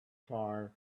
far